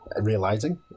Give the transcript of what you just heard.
realizing